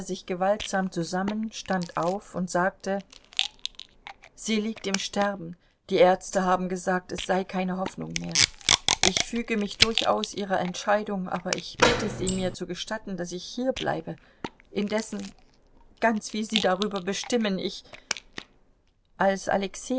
sich gewaltsam zusammen stand auf und sagte sie liegt im sterben die ärzte haben gesagt es sei keine hoffnung mehr ich füge mich durchaus ihrer entscheidung aber ich bitte sie mir zu gestatten daß ich hierbleibe indessen ganz wie sie darüber bestimmen ich als alexei